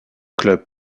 clubs